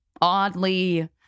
oddly